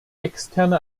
externe